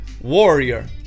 warrior